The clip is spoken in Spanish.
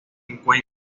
encuentra